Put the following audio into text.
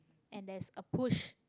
and there's a push